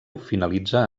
finalitza